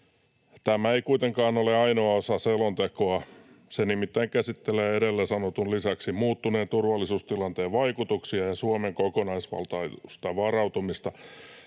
Tämä ei kuitenkaan ole ainoa osa selontekoa, se nimittäin käsittelee edellä sanotun lisäksi muuttuneen turvallisuustilanteen vaikutuksia ja Suomen kokonaisvaltaista varautumista